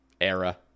era